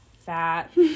fat